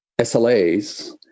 SLAs